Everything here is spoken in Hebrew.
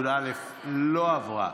י"א לא עברה.